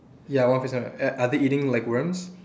ya are are they eating like worms